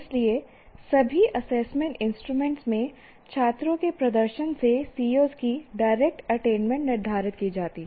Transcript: इसलिए सभी assessment instrument में छात्रों के प्रदर्शन से COs की डायरेक्ट अटेनमेंट निर्धारित की जाती है